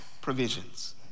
provisions